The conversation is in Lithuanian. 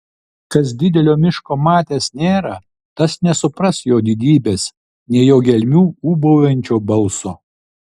kas didelio miško matęs nėra tas nesupras jo didybės nei jo gelmių ūbaujančio balso